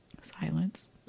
Silence